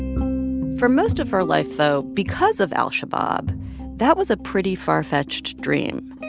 for most of her life, though because of al-shabab that was a pretty far-fetched dream.